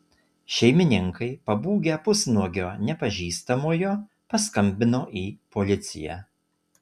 šeimininkai pabūgę pusnuogio nepažįstamojo paskambino į policiją